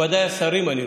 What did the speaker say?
מכובדיי השרים, אני רואה.